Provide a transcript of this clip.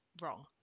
wrong